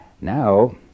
Now